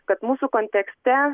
kad mūsų kontekste